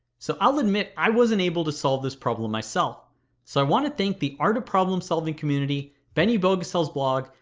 so i'll admit i wasn't able to solve this problem myself, so i want to thank the art of problem solving community, beni bogosel's blog,